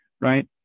right